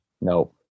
nope